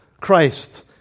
Christ